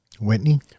Whitney